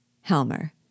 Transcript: Helmer